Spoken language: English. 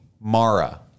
Mara